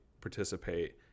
participate